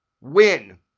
win